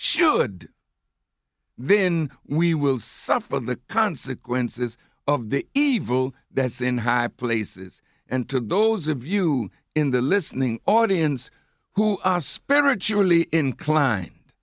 should then we will suffer the consequences of the evil that's in high places and to those of you in the listening audience who spiritually inclined